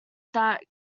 that